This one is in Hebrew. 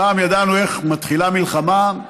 פעם ידענו איך מתחילה מלחמה,